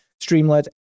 Streamlit